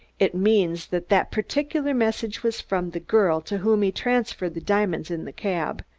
it means that that particular message was from the girl to whom he transferred the diamonds in the cab,